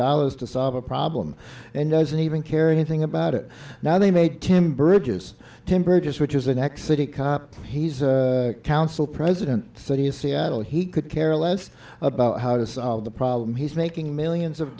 dollars to solve a problem and doesn't even care anything about it now they made him bridges temporary just which is the next city cop he's a council president city of seattle he could care less about how to solve the problem he's making millions of